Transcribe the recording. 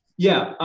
yeah,